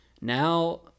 Now